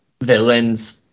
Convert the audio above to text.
villains